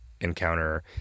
encounter